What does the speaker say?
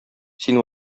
син